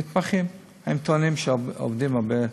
המתמחים, הם טוענים שהם עובדים הרבה,